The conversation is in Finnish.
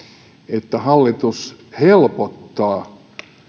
että hallitus helpottaa